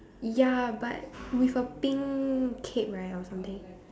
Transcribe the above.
ya but with a pink cape right or something